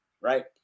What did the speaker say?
right